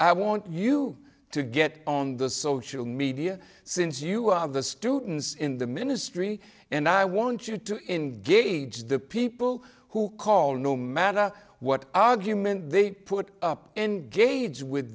i want you to get on the social media since you are the students in the ministry and i want you to engage the people who call no matter what argument they put up engage with